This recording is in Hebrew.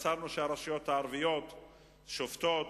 התבשרנו שהרשויות הערביות שובתות